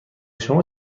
شما